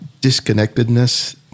disconnectedness